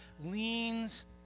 leans